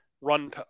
run